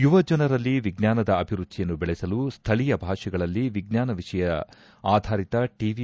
ಯುವ ಜನರಲ್ಲಿ ವಿಜ್ಞಾನದ ಅಭಿರುಚಿಯನ್ನು ದೆಳೆಸಲು ಸ್ವಳೀಯ ಭಾಷೆಗಳಲ್ಲಿ ವಿಜ್ಞಾನ ವಿಷಯ ಆಧಾರಿತ ಟಿ